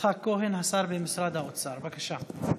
יצחק כהן, השר במשרד האוצר, בבקשה.